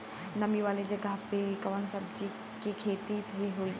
नामी वाले जगह पे कवन सब्जी के खेती सही होई?